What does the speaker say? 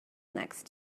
next